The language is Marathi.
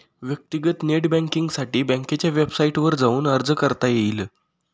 व्यक्तीगत नेट बँकींगसाठी बँकेच्या वेबसाईटवर जाऊन अर्ज करता येईल